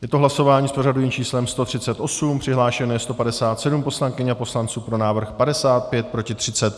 Je to hlasování s pořadovým číslem 138, přihlášeno je 157 poslankyň a poslanců, pro návrh 55, proti 30.